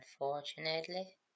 unfortunately